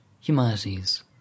humanities